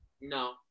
no